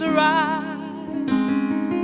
right